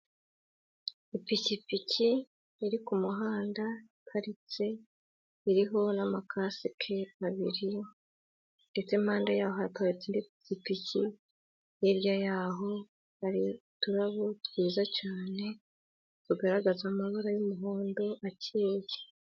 Ipikipiki iri kumuhanda iparitse iriho n'amakasike abiri ndetse impande yaho hahagaritse ipiki, hirya yaho hari uturarabo twiza cyane tugaragaza amabara y'umuhondo .